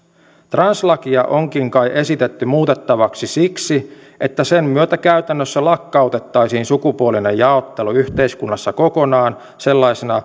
translakia onkin kai esitetty muutettavaksi siksi että sen myötä käytännössä lakkautettaisiin sukupuolinen jaottelu yhteiskunnassa kokonaan